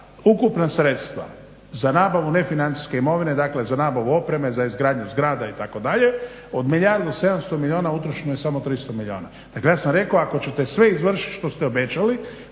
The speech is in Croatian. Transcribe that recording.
ukupna sredstva za nabavu nefinancijske imovine, dakle za nabavu opreme, za izgradnju zgrada itd. od milijardu i 700 milijuna utrošeno je samo 300 milijuna. Dakle, ja sam rekao ako ćete sve izvršiti što ste obećali